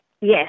yes